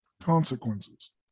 consequences